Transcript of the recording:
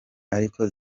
ariko